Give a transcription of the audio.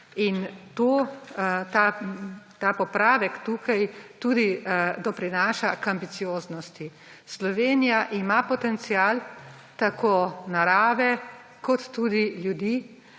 Ta popravek tukaj tudi doprinaša k ambicioznosti. Slovenija ima potencial tako narave kot tudi ljudi,